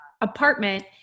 apartment